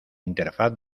interfaz